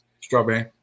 Strawberry